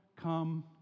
come